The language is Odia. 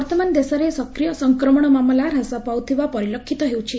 ବର୍ଉମାନ ଦେଶରେ ସକ୍ରିୟ ସଂକ୍ରମଶ ମାମଲା ହ୍ରାସ ପାଉଥିବା ପରିଲକ୍ଷିତ ହେଉଛି